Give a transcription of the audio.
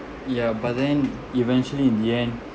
ya but then eventually in the end